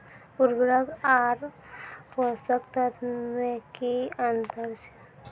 उर्वरक आर पोसक तत्व मे की अन्तर छै?